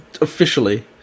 Officially